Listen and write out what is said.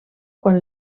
quan